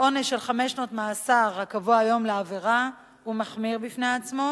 העונש של חמש שנות מאסר הקבוע היום לעבירה הוא מחמיר בפני עצמו,